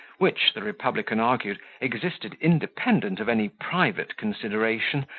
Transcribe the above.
which, the republican argued, existed independent of any private consideration,